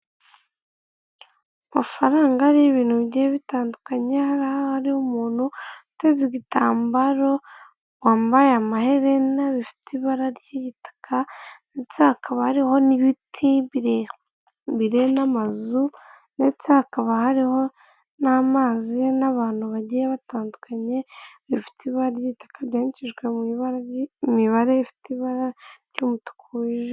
Amafaranga ariho ibintu bigiye bitandukunye hariho ahariho umuntu uteze igitambaro wampaye amaherena bifite ibara ry'igitaka, ndetse hakaba hariho n'ibiti birerebire n'amazu, ndetse hakaba hariho n'amazi n'abantu bagiye batandukanye bifite ibara ry'igitaka ryandikishijwe mu ibara ry'imibare ifite ibara ry'umutuku wijimye.